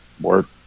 work